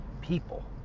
people